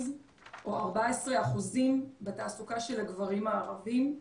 14% בתעסוקה של הגברים הערבים,